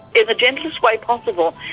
in the gentlest way possible,